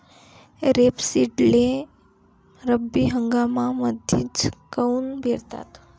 रेपसीडले रब्बी हंगामामंदीच काऊन पेरतात?